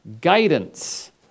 guidance